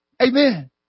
Amen